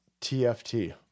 TFT